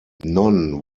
none